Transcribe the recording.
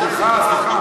סליחה, סליחה.